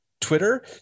Twitter